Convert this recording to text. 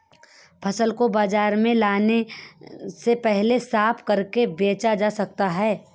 फसल को बाजार में लाने से पहले साफ करके बेचा जा सकता है?